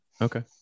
Okay